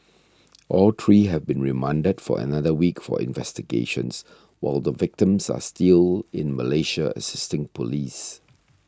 all three have been remanded for another week for investigations while the victims are still in Malaysia assisting police